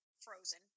frozen